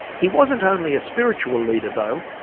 he wasn't only a spiritual leader though,